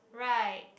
right